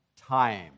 time